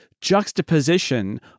juxtaposition